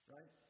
Right